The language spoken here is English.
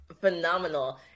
Phenomenal